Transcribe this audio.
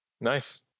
Nice